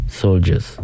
soldiers